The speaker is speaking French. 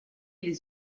les